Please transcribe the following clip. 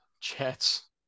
Jets